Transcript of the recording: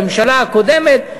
בממשלה הקודמת,